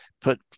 put